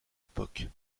époque